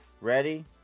Ready